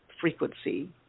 frequency